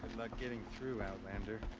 luck getting through, outlander.